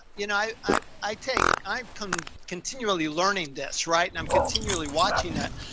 you know, i, i, i take, i come continually learning deaths, right. and i'm continually watching it.